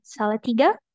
Salatiga